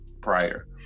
prior